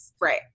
Right